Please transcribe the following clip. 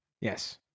Yes